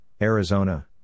Arizona